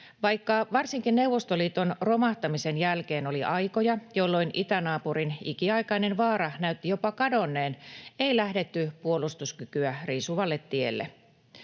Vaikka varsinkin Neuvostoliiton romahtamisen jälkeen oli aikoja, jolloin itänaapurin ikiaikainen vaara näytti jopa kadonneen, ei lähdetty puolustuskykyä riisuvalle tielle.